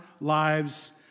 lives